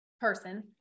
person